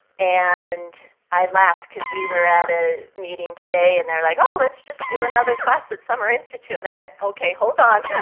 and i laughed because we were at a meeting today and they're like, oh, let's just do another class at summer institute. and i went, ok, hold on.